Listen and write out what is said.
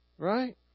Right